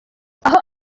aho